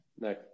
No